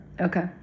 Okay